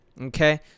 Okay